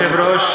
כבוד היושב-ראש,